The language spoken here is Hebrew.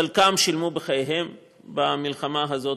חלקם שילמו בחייהם במלחמה הזאת,